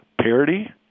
parity